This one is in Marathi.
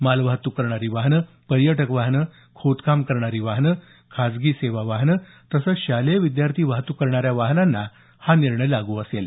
मालवाहत्क करणारी वाहनं पर्यटक वाहनं खोदकाम करणारी वाहनं खाजगी सेवा वाहनं तसंच शालेय विद्यार्थी वाहतुक करणाऱ्या वाहनांना हा निर्णय लागू असेल